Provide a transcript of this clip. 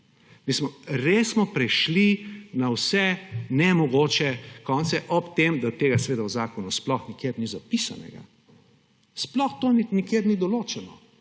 res smo prišli na vse nemogoče konce ob tem, da to seveda v zakonu sploh nikjer ni zapisano. Sploh to nikjer ni določeno.